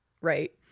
right